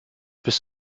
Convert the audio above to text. bist